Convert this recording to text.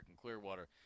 Clearwater